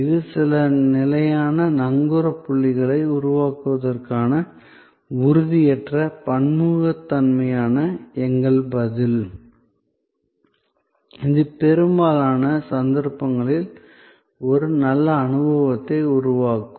இது சில நிலையான நங்கூர புள்ளிகளை உருவாக்குவதற்கான உறுதியற்ற பன்முகத்தன்மைக்கான எங்கள் பதில் இது பெரும்பாலான சந்தர்ப்பங்களில் ஒரு நல்ல அனுபவத்தை உருவாக்கும்